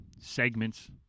segments